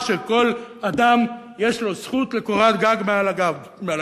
שלכל אדם יש זכות לקורת גג מעל הגב שלו.